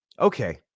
okay